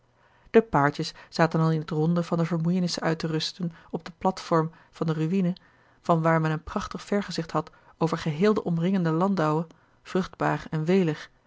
de paartjes zaten al in t ronde van de vermoeienissen uit te rusten op de plateform van de ruïne van waar men een prachtig vergezicht had over geheel de omringende landouwe vruchtbaar en welig